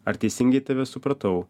ar teisingai tave supratau